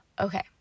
Okay